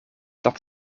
dat